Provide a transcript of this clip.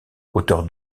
auteur